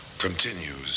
continues